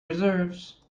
deserves